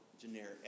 generic